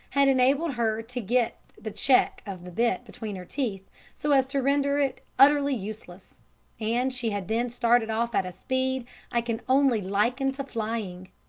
had enabled her to get the check of the bit between her teeth so as to render it utterly useless and she had then started off at a speed i can only liken to flying.